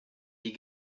die